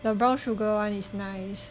the brown sugar [one] is nice